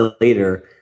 later